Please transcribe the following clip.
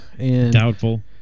Doubtful